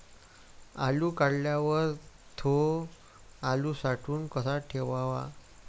आलू काढल्यावर थो आलू साठवून कसा ठेवाव?